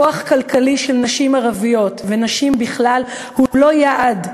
כוח כלכלי של נשים ערביות ושל נשים בכלל הוא לא יעד,